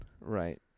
Right